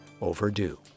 overdue